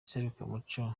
iserukiramuco